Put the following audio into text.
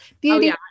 Beauty